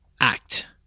act